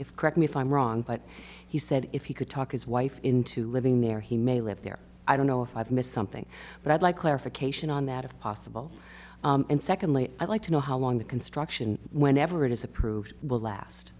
if correct me if i'm wrong but he said if he could talk his wife into living there he may live there i don't know if i've missed something but i'd like clarification on that of possible and secondly i'd like to know how long the construction whenever it is approved will last